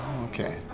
Okay